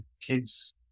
kids